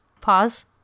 Pause